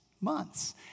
months